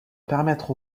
permettre